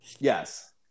Yes